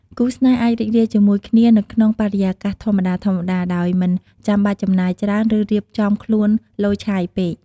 គូស្នេហ៍អាចរីករាយជាមួយគ្នានៅក្នុងបរិយាកាសធម្មតាៗ ដោយមិនចាំបាច់ចំណាយច្រើន ឬរៀបចំខ្លួនឡូយឆាយពេក។